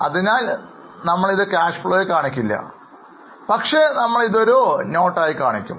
അതിനാൽ നമ്മൾ ഇത് Cash Flow ൽ കാണിക്കില്ല പക്ഷേ നമ്മൾ ഇതൊരു അടിക്കുറിപ്പായി കാണിക്കും